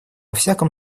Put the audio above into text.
всяком